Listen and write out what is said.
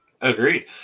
agreed